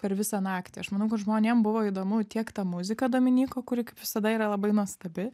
per visą naktį aš manau kad žmonėm buvo įdomu tiek ta muzika dominyko kuri kaip visada yra labai nuostabi